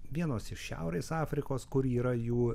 vienos iš šiaurės afrikos kur yra jų